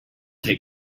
take